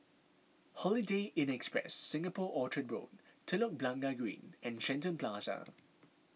Holiday Inn Express Singapore Orchard Road Telok Blangah Green and Shenton Plaza